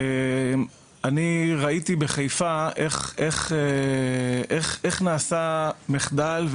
אני ראיתי בחיפה איך נעשה מחדל,